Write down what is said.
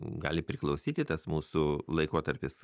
gali priklausyti tas mūsų laikotarpis